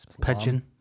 pigeon